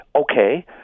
Okay